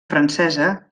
francesa